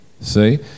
See